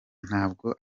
ntabwo